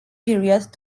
period